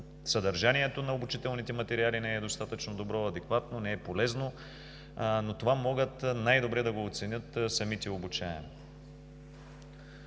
съдържанието на обучителните материали не е достатъчно, добро, адекватно, не е полезно. Това обаче могат най-добре да го оценят самите обучаеми.